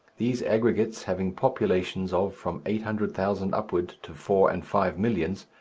these aggregates having populations of from eight hundred thousand upward to four and five millions,